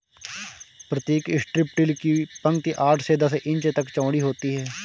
प्रतीक strip till की पंक्ति आठ से दस इंच तक चौड़ी होती है